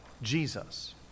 Jesus